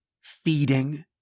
Feeding